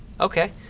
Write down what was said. Okay